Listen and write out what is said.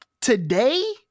today